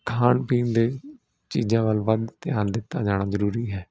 ਖਾਣ ਪੀਣ ਦੇ ਚੀਜ਼ਾਂ ਵੱਲ ਵੱਧ ਧਿਆਨ ਦਿੱਤਾ ਜਾਣਾ ਜ਼ਰੂਰੀ ਹੈ